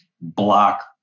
block